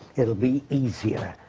it'll be easier.